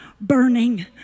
burning